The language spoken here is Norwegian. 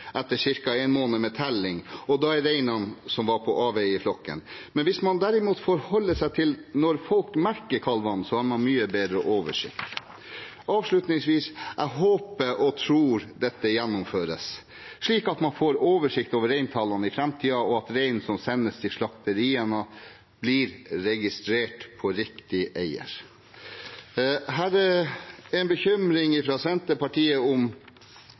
etter ca. en måned med telling, og da er reinene som var på avveier, i flokken. Men hvis man derimot forholder seg til når folk merker kalvene, har man mye bedre oversikt. Avslutningsvis: Jeg håper og tror dette gjennomføres, slik at man får oversikt over reintallene i framtiden, og at reinen som sendes til slakteriene, blir registrert på riktig eier. Det er en bekymring fra Senterpartiet om